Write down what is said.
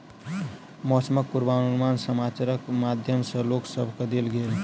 मौसमक पूर्वानुमान समाचारक माध्यम सॅ लोक सभ केँ देल गेल